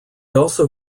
also